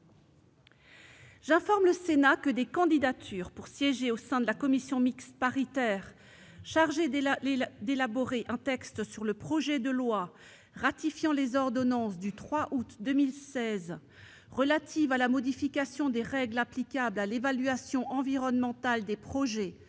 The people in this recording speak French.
J'informe le Sénat que des candidatures pour siéger au sein de la commission mixte paritaire chargée d'élaborer un texte sur le projet de loi ratifiant les ordonnances n° 2016-1058 du 3 août 2016 relative à la modification des règles applicables à l'évaluation environnementale des projets,